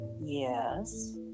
Yes